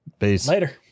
Later